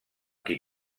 qui